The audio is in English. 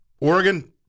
Oregon